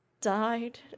died